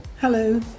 Hello